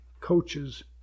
coaches